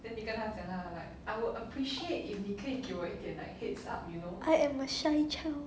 I'm a shy child